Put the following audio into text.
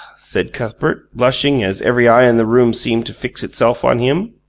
said cuthbert, blushing as every eye in the room seemed to fix itself on him,